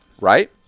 right